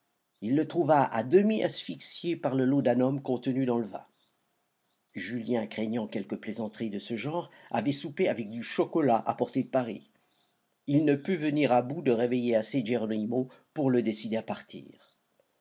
il le trouva à demi asphyxié par le laudanum contenu dans le vin julien craignant quelque plaisanterie de ce genre avait soupé avec du chocolat apporté de paris il ne put venir à bout de réveiller assez geronimo pour le décider à partir